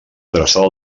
adreçada